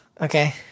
Okay